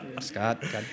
Scott